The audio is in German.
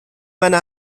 meine